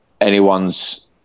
anyone's